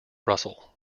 russell